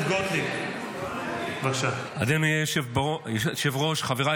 השכן שלי מוטל'ה אמר לי היום בבוקר --- אבל הוא יושב-ראש סיעה.